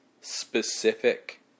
specific